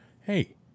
Hey